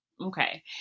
Okay